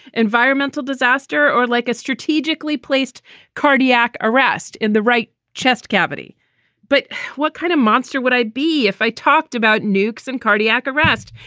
environmental disaster or like a strategically placed cardiac arrest in the right chest cavity but what kind of monster would i be if i talked about nukes and cardiac arrest?